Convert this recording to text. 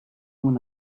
when